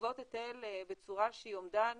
זה לגבות היטל בצורה שהיא אומדן